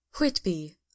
Whitby